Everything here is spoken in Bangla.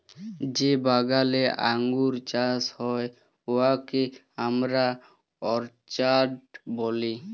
যে বাগালে আঙ্গুর চাষ হ্যয় উয়াকে আমরা অরচার্ড ব্যলি